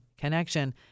connection